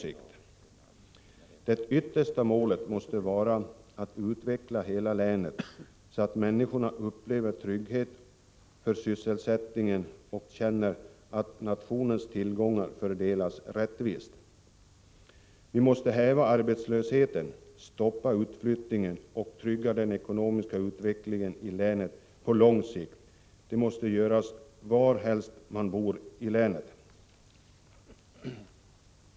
Det yttersta målet måste vara att utveckla länet som helhet, så att människorna upplever trygghet för sysselsättningen och känner att nationens tillgångar fördelas rättvist. Vi måste häva arbetslösheten, stoppa utflyttningen och trygga den ekonomiska utvecklingen i länet på lång sikt för att trygga framtiden för människorna, varhelst i länet de bor.